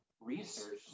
research